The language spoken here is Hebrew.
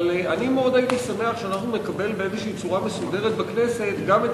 אבל אני מאוד הייתי שמח שאנחנו נקבל באיזו צורה מסודרת בכנסת גם את